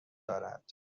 دارد